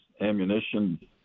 ammunition